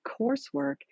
coursework